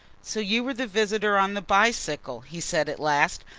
so you were the visitor on the bicycle, he said at last.